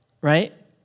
right